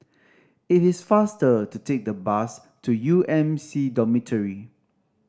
it is faster to take the bus to U M C Dormitory